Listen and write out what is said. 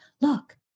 look